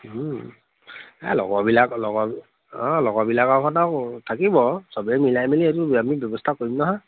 লগৰবিলাকৰ লগৰ অঁ লগবিলাকৰ ঘত আৰু থাকিব চবেই মিলাই মেলি এইটো আমি ব্যৱস্থা কৰিম নহয়